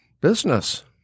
business